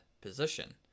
position